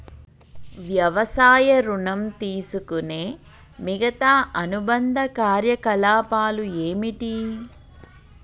వ్యవసాయ ఋణం తీసుకునే మిగితా అనుబంధ కార్యకలాపాలు ఏమిటి?